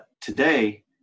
today